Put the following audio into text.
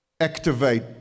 activate